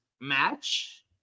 match